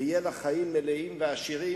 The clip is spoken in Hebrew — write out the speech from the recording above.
ויהיו לה חיים מלאים ועשירים,